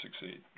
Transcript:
succeed